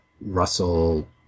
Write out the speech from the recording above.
russell